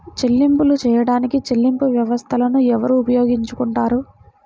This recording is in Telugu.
చెల్లింపులు చేయడానికి చెల్లింపు వ్యవస్థలను ఎవరు ఉపయోగించుకొంటారు?